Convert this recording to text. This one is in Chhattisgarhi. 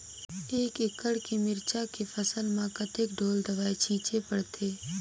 एक एकड़ के मिरचा के फसल म कतेक ढोल दवई छीचे पड़थे?